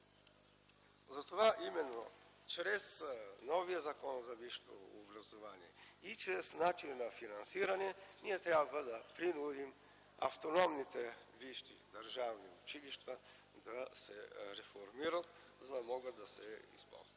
Затова именно чрез новия Закон за висшето образование и чрез начина на финансиране ние трябва да принудим автономните висши държавни училища да се реформират. Използвам случая